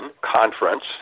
conference